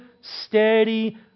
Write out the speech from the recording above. steady